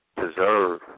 Deserve